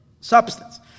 substance